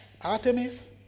Artemis